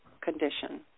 condition